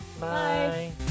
Bye